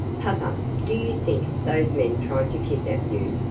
papa, do you think those men tried to kidnap you?